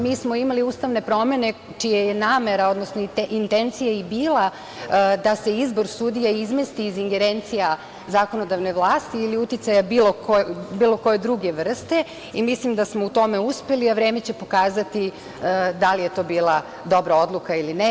Mi smo imali ustavne promene čija je namera, odnosno intencija, i bila da se izbor sudija izmesti iz ingerencija zakonodavne vlasti ili uticaja bilo koje druge vrste i mislim da smo u tome uspeli, a vreme će pokazati da li je to bila dobra odluka ili ne.